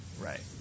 Right